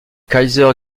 kaiser